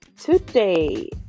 today